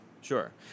Sure